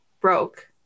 broke